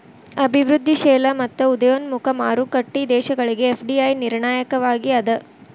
ಅಭಿವೃದ್ಧಿಶೇಲ ಮತ್ತ ಉದಯೋನ್ಮುಖ ಮಾರುಕಟ್ಟಿ ದೇಶಗಳಿಗೆ ಎಫ್.ಡಿ.ಐ ನಿರ್ಣಾಯಕವಾಗಿ ಅದ